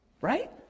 Right